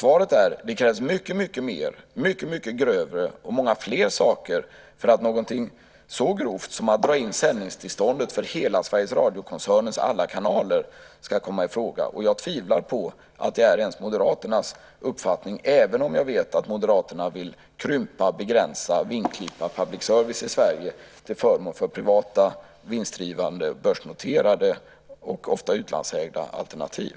Svaret är: Det krävs mycket mer, mycket grövre och många fler saker för att någonting så grovt som att dra in sändningstillståndet för hela Sveriges Radio-koncernens alla kanaler ska komma i fråga. Jag tvivlar på att det ens är Moderaternas uppfattning, även om jag vet att Moderaterna vill krympa, begränsa och vingklippa public service i Sverige till förmån för privata, vinstdrivande, börsnoterade och ofta utlandsägda alternativ.